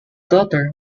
daughter